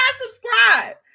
subscribe